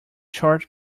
short